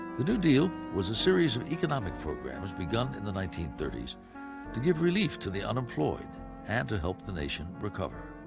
the new deal was a series of economic programs begun in the nineteen thirty s to give relief to the unemployed and to help the nation recover.